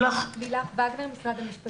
ממשרד המשפטים.